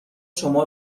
شما